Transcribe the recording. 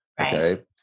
Okay